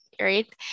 right